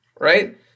right